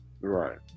Right